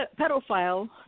pedophile